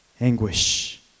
Anguish